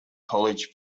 college